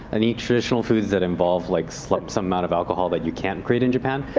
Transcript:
any traditional foods that involve like so some amount of alcohol that you can't create in japan?